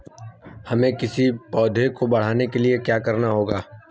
हमें किसी पौधे को बढ़ाने के लिये क्या करना होगा?